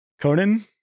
Conan